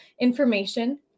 information